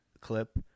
clip